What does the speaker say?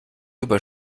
über